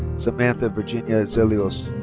samantha virginia zelios.